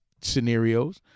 scenarios